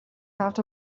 out